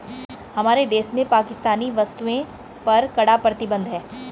हमारे देश में पाकिस्तानी वस्तुएं पर कड़ा प्रतिबंध हैं